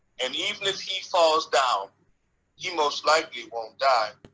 and, even as he falls down he most likely won't die.